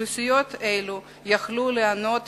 אוכלוסיות אלו יוכלו ליהנות